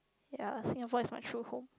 ya Singapore is my true home